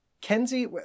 Kenzie